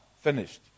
Finished